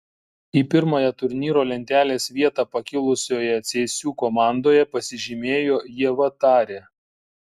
į pirmąją turnyro lentelės vietą pakilusioje cėsių komandoje pasižymėjo ieva tarė